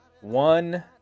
one